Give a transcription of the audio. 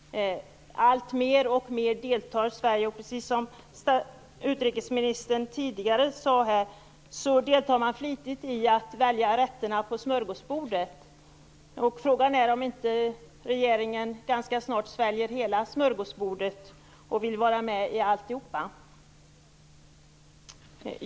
Sverige deltar alltmer. Precis som utrikesministern sade tidigare, deltar man flitigt i att välja bland rätterna på smörgåsbordet. Frågan är om inte regeringen ganska snart sväljer hela smörgåsbordet och vill vara med i allt.